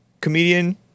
comedian